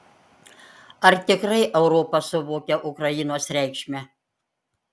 ar tikrai europa suvokia ukrainos reikšmę